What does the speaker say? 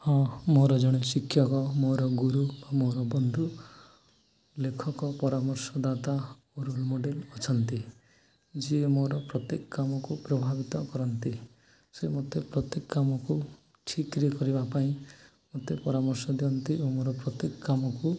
ହଁ ମୋର ଜଣେ ଶିକ୍ଷକ ମୋର ଗୁରୁ ବା ମୋର ବନ୍ଧୁ ଲେଖକ ପରାମର୍ଶ ଦାତା ରୋଲ୍ ମଡ଼େଲ୍ ଅଛନ୍ତି ଯିଏ ମୋର ପ୍ରତ୍ୟେକ କାମକୁ ପ୍ରଭାବିତ କରନ୍ତି ସେ ମୋତେ ପ୍ରତ୍ୟେକ କାମକୁ ଠିକ୍ ରେ କରିବା ପାଇଁ ମୋତେ ପରାମର୍ଶ ଦିଅନ୍ତି ଓ ମୋର ପ୍ରତ୍ୟେକ କାମକୁ